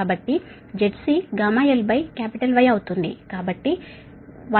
కాబట్టి ZC γlY అవుతుంది కాబట్టి